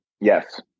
Yes